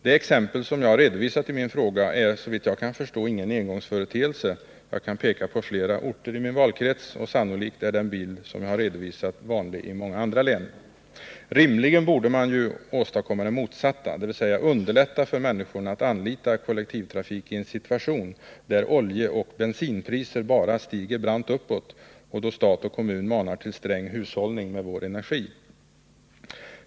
Det exempel som jag har redovisat i min fråga är såvitt jag kan förstå inte någon engångsföreteelse — jag kan peka på flera orter i min valkrets. Och sannolikt är den bild jag har redovisat vanlig i många andra län. Man borde rimligtvis försöka åstadkomma det motsatta, dvs. underlätta för människorna att anlita kollektivtrafiken, i en situation där oljeoch bensinpriser bara stiger brant uppåt och då stat och kommuner manar till sträng hushållning med vår energi.